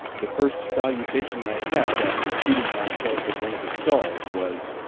the first salutation i had, after seating myself in one of the stalls, was,